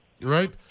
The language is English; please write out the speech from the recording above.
right